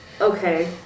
Okay